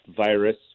virus